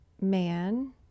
man